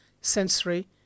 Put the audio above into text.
sensory